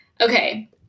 Okay